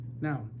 Now